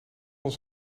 ons